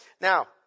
now